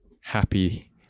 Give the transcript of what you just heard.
happy